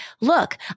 Look